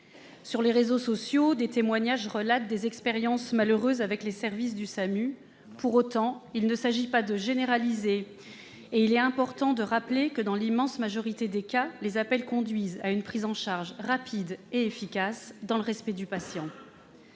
Sur les réseaux sociaux, des témoignages relatent des expériences malheureuses avec les services du SAMU. Pour autant, il importe de ne pas généraliser et de rappeler que, dans l'immense majorité des cas, les appels conduisent à une prise en charge rapide et efficace, dans le respect du patient.